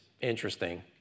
interesting